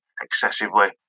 excessively